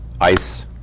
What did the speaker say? ice